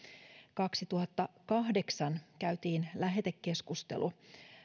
kaksituhattakahdeksan käytiin lähetekeskustelu